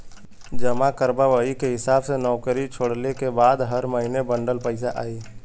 जमा करबा वही के हिसाब से नउकरी छोड़ले के बाद हर महीने बंडल पइसा आई